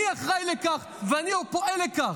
אני אחראי לכך ואני פועל לכך,